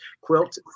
quilt